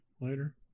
later